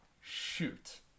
shoot